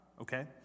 okay